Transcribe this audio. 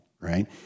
right